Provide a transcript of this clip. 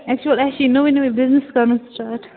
actual اَسہِ چھُ یہِ نوٚوُے نوٚوُے بزنِس کَرُن سِٹارٹ